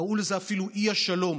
קראו לזה אפילו אי השלום,